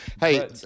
Hey